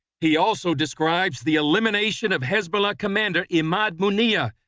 he also describes the elimination of hezbollah commander ahmed unia,